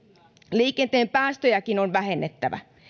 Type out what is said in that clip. liikenteen päästöjäkin on vähennettävä